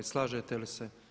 Slažete li se?